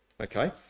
Okay